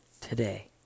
today